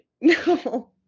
No